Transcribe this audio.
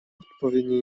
odpowiednie